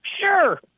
sure